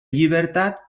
llibertat